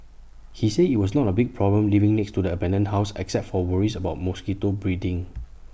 he said IT was not A big problem living next to the abandoned house except for worries about mosquito breeding